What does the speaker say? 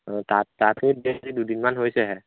অ তাত তাতো দে দুদিনমান হৈছেহে